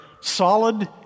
solid